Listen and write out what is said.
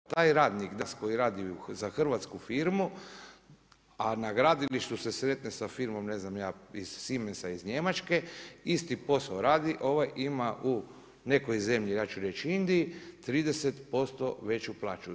Da taj radnik danas koji radi za hrvatsku firmu, a na gradilištu se sretne sa firmom ne znam ja, iz Siemensa iz Njemačke, isti posao radi, ovaj ima u nekoj zemlji, ja ću reći Indiji, 30% veću plaću.